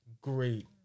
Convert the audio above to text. great